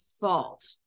fault